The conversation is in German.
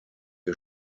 ihr